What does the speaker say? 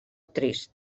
trist